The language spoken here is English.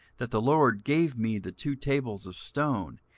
that the lord gave me the two tables of stone,